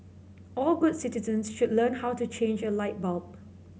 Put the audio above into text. all good citizens should learn how to change a light bulb